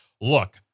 look